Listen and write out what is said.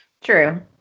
True